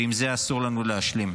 ועם זה אסור לנו להשלים.